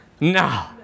No